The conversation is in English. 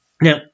Now